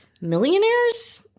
millionaires